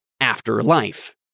afterlife